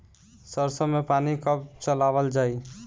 सरसो में पानी कब चलावल जाई?